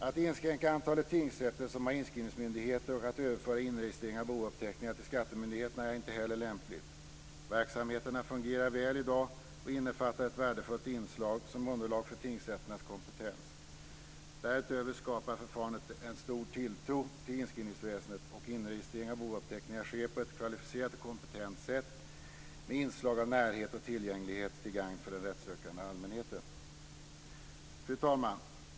Att inskränka antalet tingsrätter som har inskrivningsmyndighet och att överföra inregistrering av bouppteckningar till skattemyndigheterna är inte heller lämpligt. Verksamheterna fungerar väl i dag och innefattar ett värdefullt inslag som underlag för tingsrätternas kompetens. Därutöver skapar förfarandet en stor tilltro till inskrivningsväsendet, och inregistrering av bouppteckningar sker på ett kvalificerat och kompetent sätt, med inslag av närhet och tillgänglighet till gagn för den rättssökande allmänheten. Fru talman!